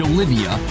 Olivia